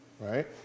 right